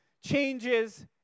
changes